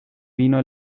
vino